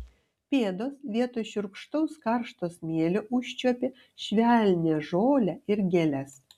pėdos vietoj šiurkštaus karšto smėlio užčiuopė švelnią žolę ir gėles